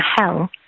hell